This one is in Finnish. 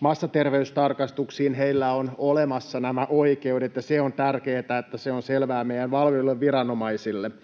massaterveystarkastuksiin heillä ovat olemassa nämä oikeudet, ja on tärkeätä, että se on selvää meidän valvoville viranomaisillemme.